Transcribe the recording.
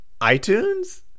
iTunes